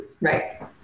Right